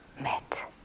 met